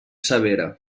severa